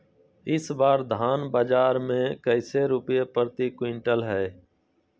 इस बार धान बाजार मे कैसे रुपए प्रति क्विंटल है?